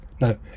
No